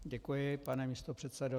Děkuji, pane místopředsedo.